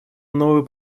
новый